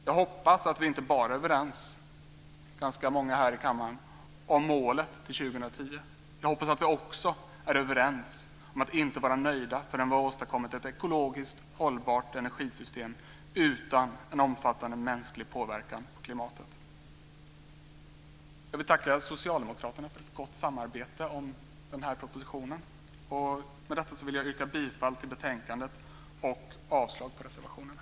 Jag hoppas att vi, ganska många i denna kammare, är överens inte bara om målet 2010 utan också om att inte vara nöjda förrän vi har åstadkommit ett ekologiskt hållbart energisystem utan en omfattande mänsklig påverkan på klimatet. Jag vill tacka Socialdemokraterna för ett gott samarbete kring den här propositionen. Med detta yrkar jag bifall till utskottets förslag i betänkandet och avslag på reservationerna.